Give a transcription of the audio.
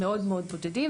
מאוד מאוד בודדים,